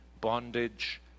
bondage